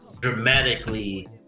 dramatically